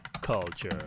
culture